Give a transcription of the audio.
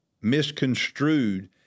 misconstrued